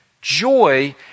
Joy